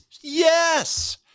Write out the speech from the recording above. yes